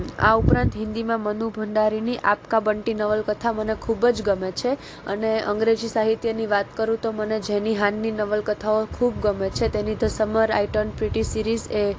આ ઉપરાંત હિન્દીમાં મન્નું ભંડારીની આપ કા બંટી નવલકથા મને ખૂબ જ ગમે છે અને અંગ્રેજી સાહિત્યની વાત કરું તો મને જેનીહાનની નવલકથાઓ ખૂબ ગમે છે તેની the summer I turned pretty series A